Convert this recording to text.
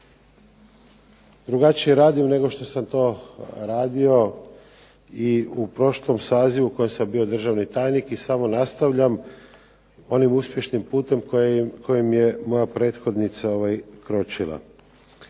drugačije radim nego što sam to radio i u prošlom sazivu u kojem sam bio državni tajnik i samo nastavljam onim uspješnim putem kojim je moja prethodnica kročila.